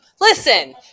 Listen